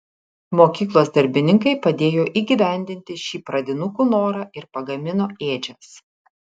mokyklos darbininkai padėjo įgyvendinti šį pradinukų norą ir pagamino ėdžias